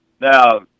now